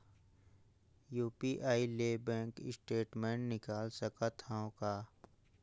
UPI ले bank statement निकाल सकत हवं का?